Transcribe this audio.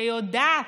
שיודעת,